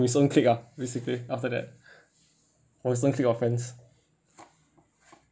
his own clique ah basically after that from his own clique of friends